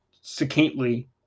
succinctly